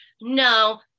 no